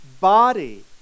body